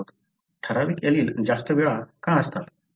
ठराविक एलील जास्त वेळा का असतात बरोबर